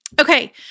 Okay